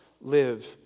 live